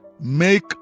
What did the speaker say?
Make